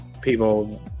people